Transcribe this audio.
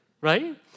right